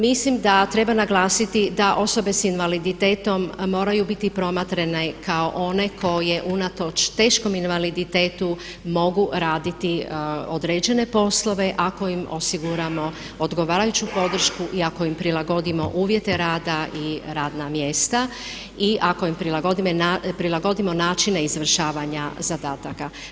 Mislim da treba naglasiti da osobe s invaliditetom moraju biti promatrane kako one koje unatoč teškom invaliditetu mogu raditi određene poslove ako im osiguramo odgovarajuću podršku i ako im prilagodimo uvjete rada i radna mjesta i ako im prilagodimo načine izvršavanja zadataka.